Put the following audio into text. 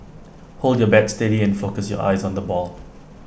hold your bat steady and focus your eyes on the ball